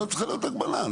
לא צריכה להיות הגבלה.